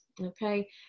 okay